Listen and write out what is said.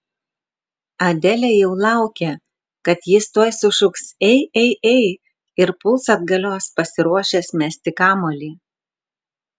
adelė jau laukė kad jis tuoj sušuks ei ei ei ir puls atgalios pasiruošęs mesti kamuolį